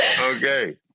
Okay